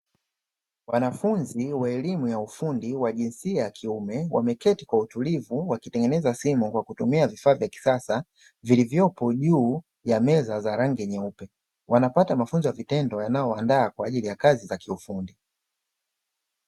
Wanafunzi wa elimu ya ufundi wa jinsia ya kiume wameketi kwa utulivu wakitengeneza simu kwa kutumia vifaa vya kisasa vilivyopo juu ya meza ya rangi nyeupe, wanapata mafunzo ya vitendo yanaowandaa kwa kazi za kiufundi.